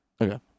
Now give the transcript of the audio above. Okay